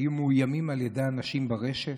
היו מאוימים על ידי אנשים ברשת,